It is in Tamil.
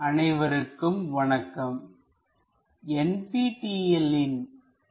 ஆர்தோகிராபிக் ப்ரொஜெக்ஷன் I பகுதி 6 அனைவருக்கும் வணக்கம்